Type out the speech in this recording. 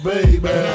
Baby